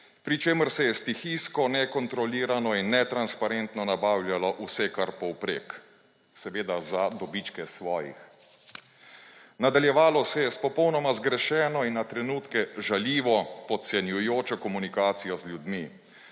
pri čemer se je stihijsko nekontrolirano in netransparentno nabavljajo vse kar povprek, seveda za dobičke svojih. Nadaljevalo se je s popolnoma zgrešeno in na trenutke žaljivo, podcenjujočo komunikacijo z ljudmi,